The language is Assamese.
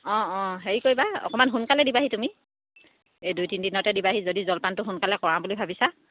অঁ অঁ হেৰি কৰিবা অকণমান সোনকালে দিবাহি তুমি এই দুই তিনি দিনতে দিবাহি যদি জলপানটো সোনকালে কৰাওঁ বুলি ভাবিছা